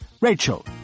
Rachel